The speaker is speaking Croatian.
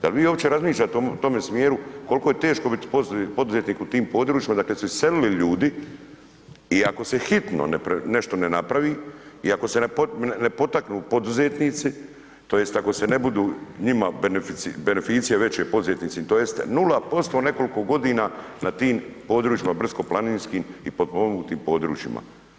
Da li vi uopće razmišljate u tome smjeru koliko je biti teško poduzetnik u tim područjima odakle su odselili ljudi i ako se hitno nešto ne napravi i ako se ne potaknu poduzetnici tj. ako ne budu njima beneficije veće poduzetnicima tj. nula posto nekoliko godina na tim područjima brdsko-planinskim i potpomognutim područjima.